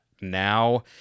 now